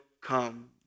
come